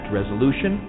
resolution